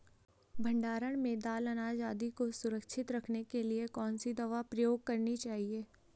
भण्डारण में दाल अनाज आदि को सुरक्षित रखने के लिए कौन सी दवा प्रयोग करनी चाहिए?